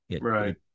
Right